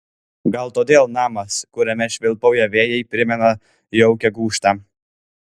gal todėl namas kuriame švilpauja vėjai primena jaukią gūžtą